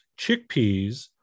chickpeas